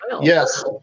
Yes